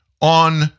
on